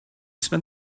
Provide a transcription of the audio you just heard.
spent